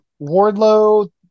Wardlow